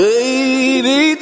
Baby